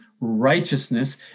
righteousness